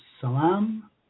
salam